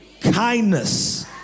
kindness